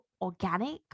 organic